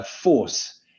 Force